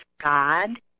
God